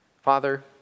Father